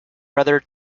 brother